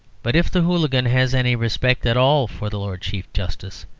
but if the hooligan has any respect at all for the lord chief justice,